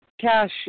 cash